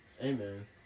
Amen